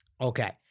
Okay